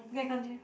okay continue